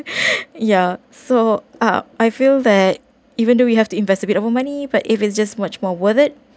yeah so ah I feel that even though we have to invest a bit of our money but if it's just much more worth it